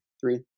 three